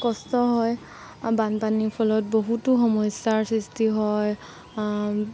কষ্ট হয় বানপানীৰ ফলত বহুতো সমস্যাৰ সৃষ্টি হয়